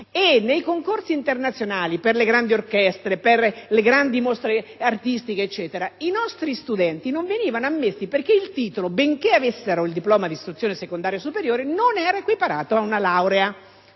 nei concorsi internazionali per le grandi orchestre, per le grandi mostre artistiche, i nostri studenti non venivano ammessi perché il titolo, benché avessero il diploma di istruzione secondaria superiore, non era equiparato ad una laurea,